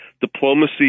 diplomacy